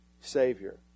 Savior